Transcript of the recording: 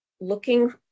looking